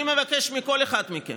אני מבקש מכל אחד מכם,